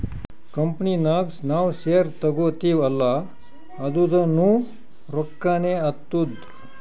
company ನಾಗ್ ನಾವ್ share ತಗೋತಿವ್ ಅಲ್ಲಾ ಅದುನೂ ರೊಕ್ಕಾನೆ ಆತ್ತುದ್